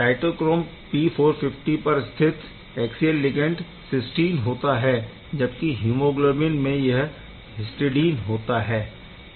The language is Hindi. साइटोक्रोम P450 पर स्थित ऐक्सियल लिगैण्ड सिसटीन होता है जबकि हीमोग्लोबिन में यह हिस्टडीन होता है